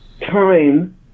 time